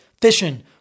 fishing